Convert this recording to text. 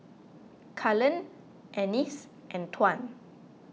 Cullen Anice and Tuan